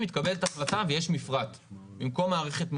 בסוף האחריות על רישוי העסקים היא על הרשות המקומית אבל הרשות המקומית,